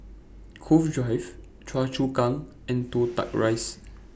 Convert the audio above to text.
Cove Drive Choa Chu Kang and Toh Tuck Rise